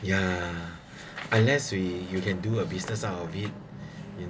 ya unless we you can do a business out of it